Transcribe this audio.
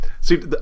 See